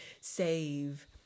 save